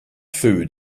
food